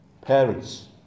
parents